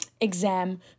exam